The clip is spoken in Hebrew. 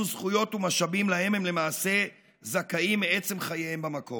זכויות ומשאבים שהם למעשה זכאים להם מעצם חייהם במקום.